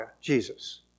Jesus